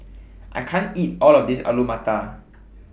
I can't eat All of This Alu Matar